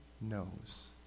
knows